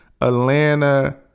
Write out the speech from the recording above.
Atlanta